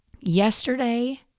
yesterday